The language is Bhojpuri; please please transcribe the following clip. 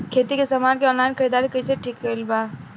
खेती के समान के ऑनलाइन खरीदारी कइल ठीक बा का?